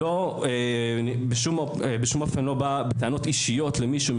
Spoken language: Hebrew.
אני בשום אופן לא בא בטענות אישיות למישהו,